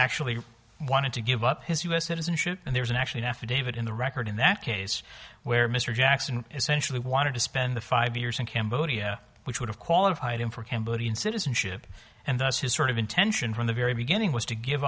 actually wanted to give up his u s citizenship and there isn't actually an affidavit in the record in that case where mr jackson essentially wanted to spend the five years in cambodia which would have qualified him for cambodian citizenship and thus his sort of intention from the very beginning was to give